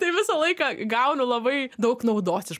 tai visą laiką gaunu labai daug naudos iš